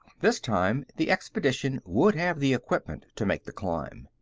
this time, the expedition would have the equipment to make the climb.